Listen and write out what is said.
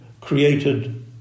created